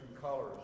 colors